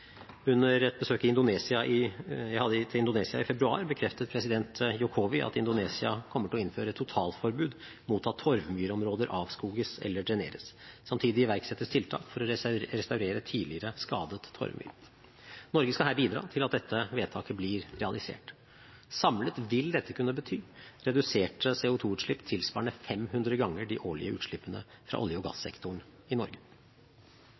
Under et besøk jeg hadde til Indonesia i februar, bekreftet president Jokowi at Indonesia kommer til å innføre totalforbud mot at torvmyrområder avskoges eller dreneres. Samtidig iverksettes tiltak for å restaurere tidligere skadet torvmyr. Norge skal bidra til at vedtaket blir realisert. Samlet vil dette kunne bety reduserte CO2-utslipp tilsvarende 500 ganger de årlige utslippene fra olje- og gassektoren i Norge.